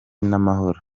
n’amahoro